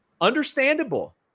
Understandable